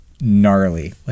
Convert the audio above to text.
Gnarly